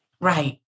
Right